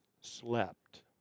slept